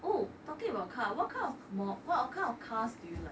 oh talking about car what kind of mor~ what kind of cars do you like